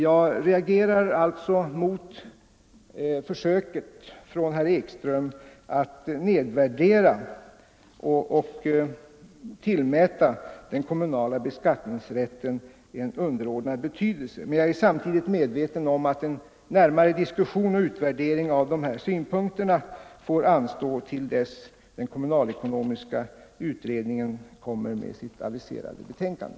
Jag reagerade alltså mot herr Ekströms benägenhet att nedvärdera den kommunala beskattningsrätten och tillmäta den en underordnad betydelse. Men jag är samtidigt medveten om att en närmare diskussion och utvärdering av dessa synpunkter får anstå tills den kommunalekonomiska utredningen framlägger sitt aviserade betänkande.